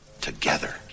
together